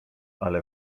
ale